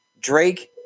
Drake